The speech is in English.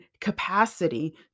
capacity